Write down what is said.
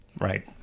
right